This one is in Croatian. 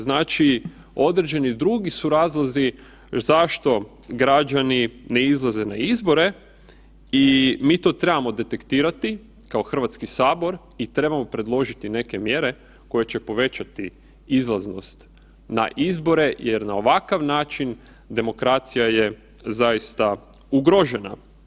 Znači određeni su drugi razlozi zašto građani ne izlaze na izbore i mi to trebamo detektirati kao Hrvatski sabor i trebamo predložiti neke mjere koje će povećati izlaznost na izbore jer na ovakav način demokracija je zaista ugrožena.